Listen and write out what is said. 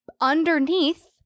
underneath